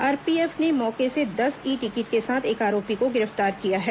RPF ने मौके से दस ई टिकट के साथ एक आरोपी को गिरफ्तार किया है